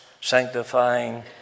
sanctifying